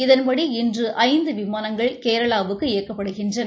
இதன்படி இன்று ஐந்து விமானங்கள் கேரளாவுக்கு இயக்கப்படுகின்றன